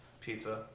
pizza